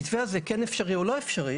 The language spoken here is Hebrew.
למתווה הזה, כן אפשרי או לא אפשרי,